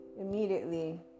immediately